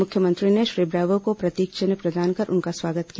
मुख्यमंत्री ने श्री ब्रावो को प्रतीक चिन्ह प्रदान कर उनका स्वागत किया